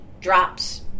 drops